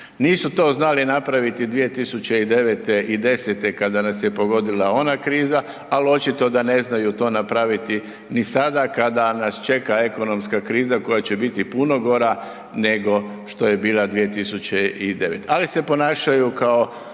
Nisu to znali napraviti 2009. i 2010. kada nas je pogodila ona kriza, ali očito da ne znaju to napraviti ni sada kad nas čeka ekonomska kriza koja će biti puno gora nego što je bila 2009., ali se ponašaju kao